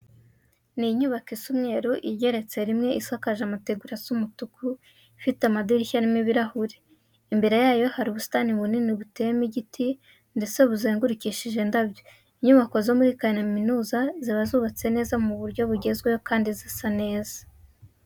Ni inyubako isa umweru igeretse rimwe, isakaje amategura asa umutuku, ifite amadirishya arimo ibirahure. Imbere yayo hari ubusitani bunini buteyemo igiti ndetse buzengurukishije indabyo. Inyubako zo muri kaminuza ziba zubatse neza mu buryo bugezweho kandi zisa neza.